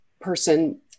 person